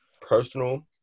personal